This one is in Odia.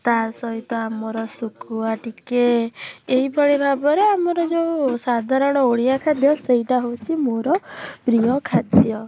ତା ସହିତ ଆମର ଶୁଖୁଆ ଟିକେ ଏଇଭଳି ଭାବରେ ଆମର ଯୋଉ ସାଧାରଣ ଓଡ଼ିଆ ଖାଦ୍ୟ ସେଇଟା ହେଉଛି ମୋର ପ୍ରିୟ ଖାଦ୍ୟ